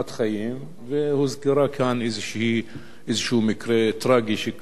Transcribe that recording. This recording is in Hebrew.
הוזכר כאן איזה מקרה טרגי שקרה לא מזמן בעוספיא.